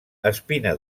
espina